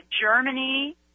Germany